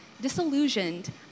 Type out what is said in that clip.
disillusioned